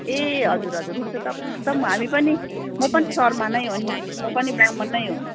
ए हजुर हजुर हुन्छ तपाईँ एकदम हामी पनि म पनि शर्मा नै हो नि म पनि ब्राह्मण नै हो